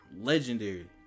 Legendary